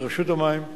לרשות המים.